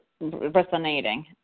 resonating